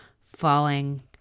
falling